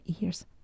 ears